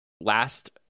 last